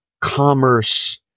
commerce